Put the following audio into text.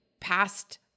past